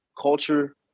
culture